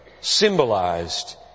symbolized